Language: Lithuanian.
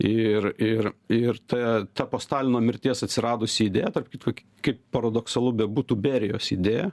ir ir ir t ta po stalino mirties atsiradusi idėja tarp kitko kaip paradoksalu bebūtų berijos idėja